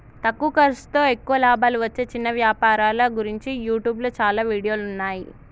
తక్కువ ఖర్సుతో ఎక్కువ లాభాలు వచ్చే చిన్న వ్యాపారాల గురించి యూట్యూబ్లో చాలా వీడియోలున్నయ్యి